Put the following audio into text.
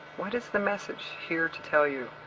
what is the message here to tell you.